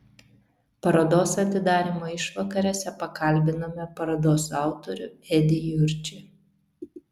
parodos atidarymo išvakarėse pakalbinome parodos autorių edį jurčį